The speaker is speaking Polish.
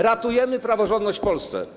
Ratujemy praworządność w Polsce.